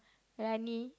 Rani